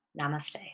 namaste